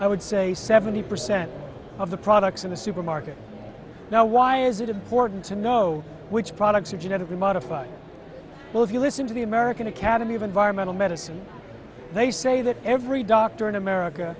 i would say seventy percent of the products in the supermarket now why is it important to know which products are genetically modified well if you listen to the american academy of environmental medicine they say that every doctor in america